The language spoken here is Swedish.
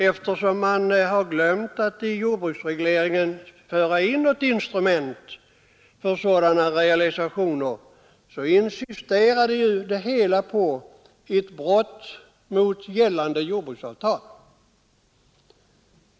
Eftersom man har glömt att i jordbruksregleringen införa något instrument för sådana realisationer, insisterade man i själva verket på ett brott mot gällande jordbruksavtal.